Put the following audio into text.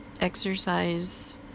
exercise